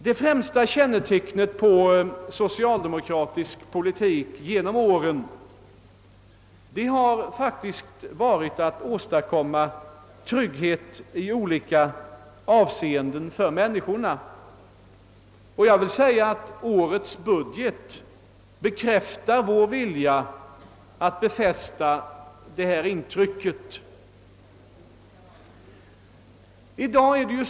Det främsta kännetecknet på den socialdemokratiska politiken genom åren har varit viljan att skapa trygghet för medborgarna i olika avseenden, och årets budget förstärker det intrycket.